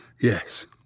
Yes